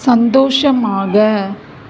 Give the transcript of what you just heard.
சந்தோஷமாக